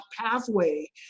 pathway